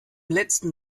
letzten